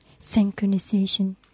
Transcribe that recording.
synchronization